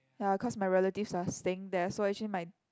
ya cause my relatives are staying there so actually my